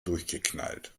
durchgeknallt